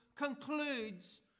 concludes